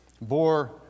bore